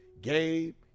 Gabe